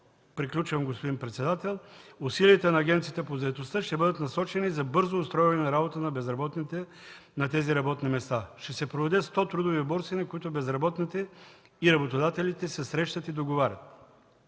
места повече от 2013 г. Усилията на Агенцията по заетостта ще бъдат насочени за бързо устройване на работа на безработните на тези работни места. Ще се проведат сто трудови борси, на които безработните и работодателите ще се срещат и договарят.